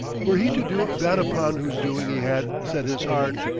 were he to do that upon whose doing he had set his heart.